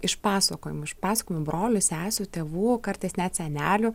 iš pasakojimų iš pasakojimų brolių sesių tėvų kartais net senelių